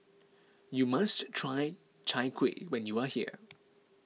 you must try Chai Kuih when you are here